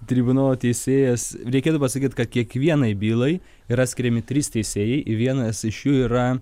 tribunolo teisėjas reikėtų pasakyt kad kiekvienai bylai yra skiriami trys teisėjai vienas iš jų yra